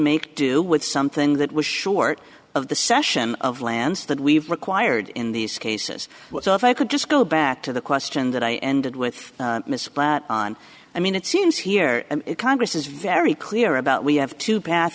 make do with something that was short of the session of lands that we've required in these cases so if i could just go back to the question that i ended with ms on i mean it seems here congress is very clear about we have two